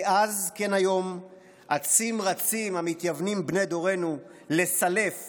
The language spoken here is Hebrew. כאז כן היום אצים רצים המתייוונים בני דורנו לסלף,